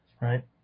right